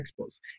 expos